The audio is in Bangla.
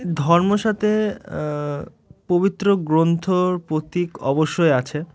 ধর্ম সাথে পবিত্র গ্রন্থর প্রতীক অবশ্যই আছে